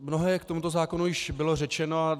Mnohé k tomuto zákonu už bylo řečeno.